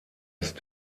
ist